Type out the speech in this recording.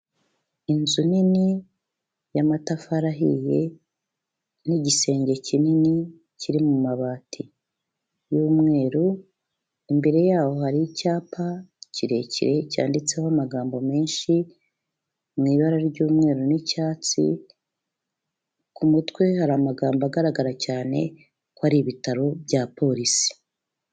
Inzu nini y'amatafari ahiye n'igisenge kinini kiri mu mabati y'umweru, imbere yaho hari icyapa kirekire cyanditseho amagambo menshi mu ibara ry'umweru n'icyatsi, ku mutwe hari amagambo agaragara cyane ko ari ibitaro bya polisi.